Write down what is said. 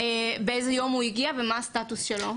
באיזה יום הוא הגיע ומה הסטטוס שלו.